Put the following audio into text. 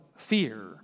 fear